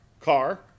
car